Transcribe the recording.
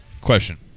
Question